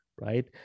right